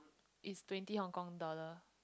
it's twenty Hong Kong dollar